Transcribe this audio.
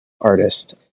artist